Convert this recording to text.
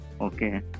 Okay